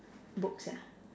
books ah